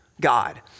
God